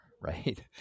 Right